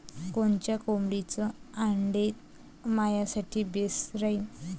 कोनच्या कोंबडीचं आंडे मायासाठी बेस राहीन?